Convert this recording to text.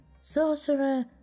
Sorcerer